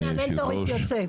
אדוני היושב-ראש,